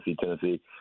Tennessee